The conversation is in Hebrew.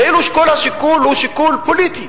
כאילו כל השיקול הוא שיקול פוליטי.